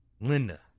Linda